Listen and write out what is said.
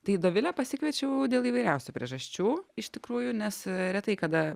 tai dovilę pasikviečiau dėl įvairiausių priežasčių iš tikrųjų nes retai kada